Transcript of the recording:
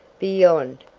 beyond,